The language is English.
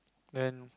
and